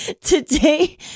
Today